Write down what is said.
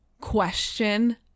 question